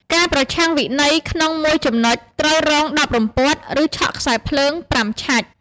ការប្រឆាំងវិន័យក្នុងមួយចំណុច ត្រូវរង ១០ រំពាត់ ឬឆក់ខ្សែរភ្លើង ៥ ឆាច់ ។